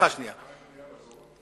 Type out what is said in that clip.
מה עם בנייה,